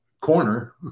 corner